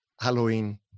Halloween